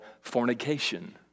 fornication